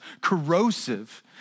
corrosive